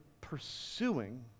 pursuing